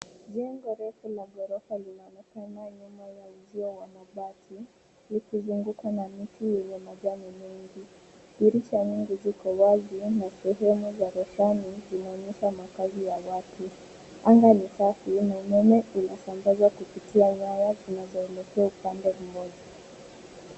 Jengo refu la ghorofa linaonekana nyuma ya uzio wa mabati likizungukwa na miti yenye majani mengi. Dirisha nyingi ziko wazi na sehemu za roshani zinaonyesha makazi ya watu. Anga ni safi na umeme unasambazwa kupita nyaya zinazoelekea upande mmoja.